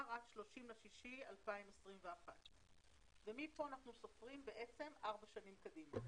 עד ה-30 ליוני 2021. מפה אנחנו סופרים ארבע שנים קדימה.